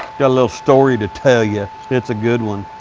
got a little story to tell ya. it's a good one.